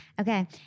Okay